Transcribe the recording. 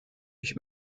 ich